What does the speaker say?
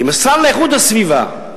אם השר להגנת הסביבה,